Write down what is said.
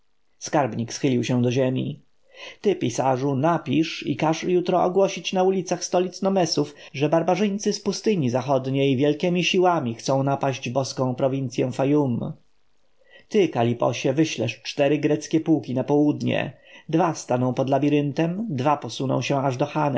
skarbnik schylił się do ziemi ty pisarzu napisz i każ jutro ogłosić na ulicach stolic nomesów że barbarzyńcy z pustyni zachodniej wielkiemi siłami chcą napaść boską prowincję fayum ty kaliposie wyślesz cztery greckie pułki na południe dwa staną pod labiryntem dwa posuną się aż do